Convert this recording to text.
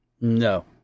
No